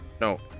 no